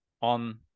on